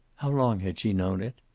how long had she known it?